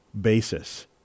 basis